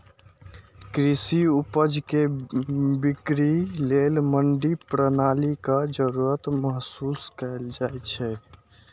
कृषि उपज के बिक्री लेल मंडी प्रणालीक जरूरत महसूस कैल जाइ छै